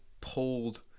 pulled